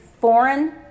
foreign